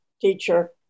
teacher